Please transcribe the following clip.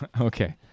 Okay